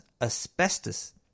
Asbestos